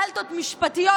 סלטות משפטיות,